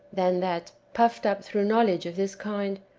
than that, puffed up through knowledge of this kind,